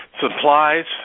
Supplies